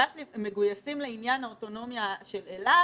הם מגויסים לאוטונומיה של אילת?